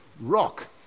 rock